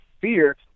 fear